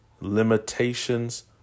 limitations